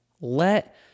let